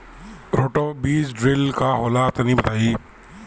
Roto बीज drill का होला तनि बताई?